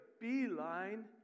beeline